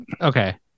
Okay